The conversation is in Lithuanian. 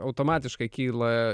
automatiškai kyla